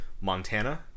Montana